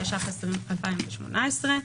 התשע"ח-2018,